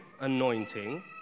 anointing